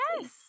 yes